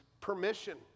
permission